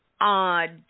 odd